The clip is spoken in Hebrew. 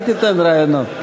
אל תיתן רעיונות.